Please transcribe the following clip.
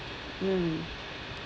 mm